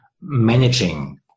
managing